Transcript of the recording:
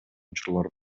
учурлар